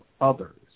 others